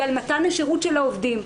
ועל מתן השירות של העובדים.